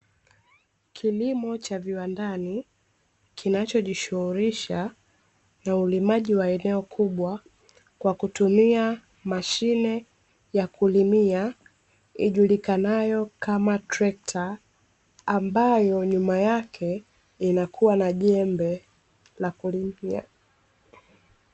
Kilimo cha viwandani kinachojishughulisha na ulimaji wa eneo kubwa kwa kutumia mashine ya kulimia ijulikanayo kama trekta, ambayo nyuma yake inakuwa na jembe la kulimia.